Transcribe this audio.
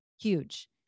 Huge